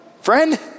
friend